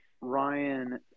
Ryan